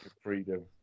freedom